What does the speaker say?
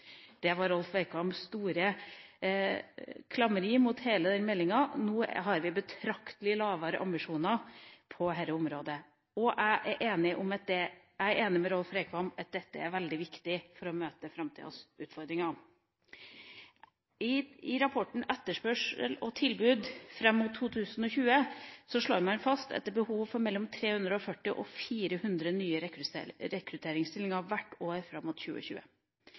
Det var Rolf Reikvams store klammeri mot hele den meldinga. Nå har vi betraktelig lavere ambisjoner på dette området, og jeg er enig med Rolf Reikvam i at dette er veldig viktig for å møte framtidas utfordringer. I rapporten Tilbud og etterspørsel etter høyere utdannet arbeidskraft fram mot 2020 slår man fast at det er behov for mellom 340 og 400 nye rekrutteringsstillinger hvert år fram mot 2020.